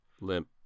Limp